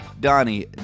Donnie